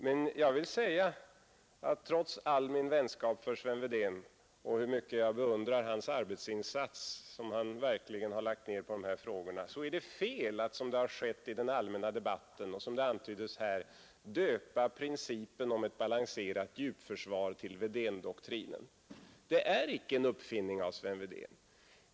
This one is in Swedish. Men trots all min vänskap med Sven Wedén och hur mycket jag än beundrar den arbetsinsats han lagt ned på dessa frågor är det såsom skett i den allmänna debatten fel att döpa principen om ett balanserat djupförsvar till Wedéndoktrinen. Det är icke en uppfinning av Sven Wedén.